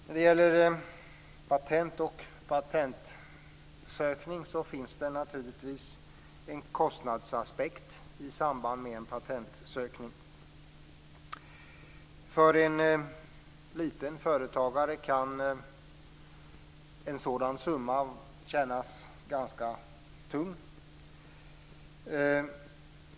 När det gäller patent finns det naturligtvis en kostnadsaspekt i samband med en patentansökning. För en liten företagare kan en sådan summa kännas ganska tung.